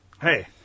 Hey